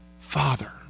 Father